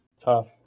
Tough